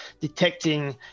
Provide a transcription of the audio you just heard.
detecting